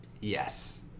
yes